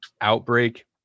Outbreak